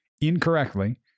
incorrectly